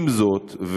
עם זאת,